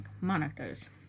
monitors